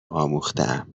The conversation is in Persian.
آموختهام